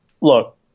Look